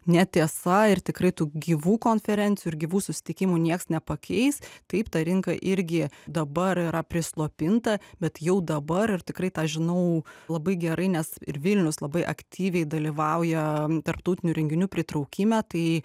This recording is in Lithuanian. netiesa ir tikrai tų gyvų konferencijų ir gyvų susitikimų nieks nepakeis taip ta rinka irgi dabar yra prislopinta bet jau dabar ir tikrai tą žinau labai gerai nes ir vilnius labai aktyviai dalyvauja tarptautinių renginių pritraukime tai